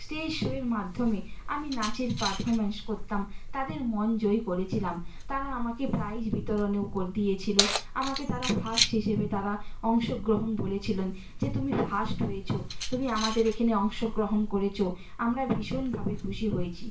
stage শোয়ের মাধ্যমে আমি নাচের পার্ফমেন্স করতাম তাদের মন জয় করেছিলাম তারা আমাকে প্রাইজ বিতরণেও কর দিয়েছিলো আমাকে তারা ফার্স্ট হিসেবে তারা অংশগ্রহণ বলেছিলেন যে তুমি তো ফাস্ট হয়েচো তুমি আমাদের এখানে অংশগ্রহণ করেছো আমরা ভীষণভাবে খুশি হয়েছি